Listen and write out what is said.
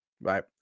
Right